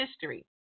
history